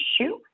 issue